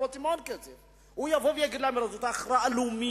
המוצרים הבסיסיים מחיריהם הוכפלו,